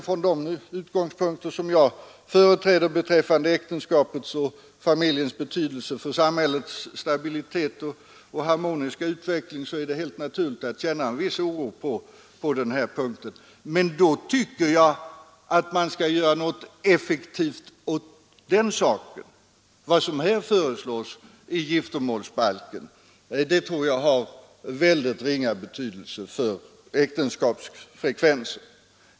Från de utgångspunkter som jag företräder beträffande äktenskapets och familjens betydelse för samhällets stabilitet och harmoniska utveckling är det helt naturligt att känna en oro på den här punkten. Men då tycker jag att man skall göra något effektivt åt den saken. Vad som här föreslås i giftermålsbalken tror jag har ringa betydelse för äktenskapsfrekvensen.